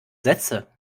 sätze